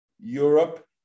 Europe